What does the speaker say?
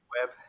web